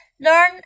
learn